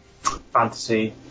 Fantasy